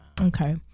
Okay